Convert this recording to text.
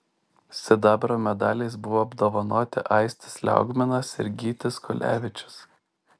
sidabro medaliais buvo apdovanoti aistis liaugminas ir gytis kulevičius